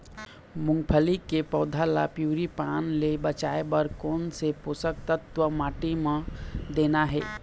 मुंगफली के पौधा ला पिवरी पान ले बचाए बर कोन से पोषक तत्व माटी म देना हे?